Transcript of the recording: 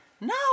No